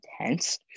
Intense